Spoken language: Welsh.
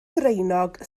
ddraenog